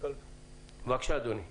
קודם כל,